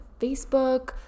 Facebook